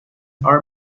are